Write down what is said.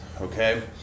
Okay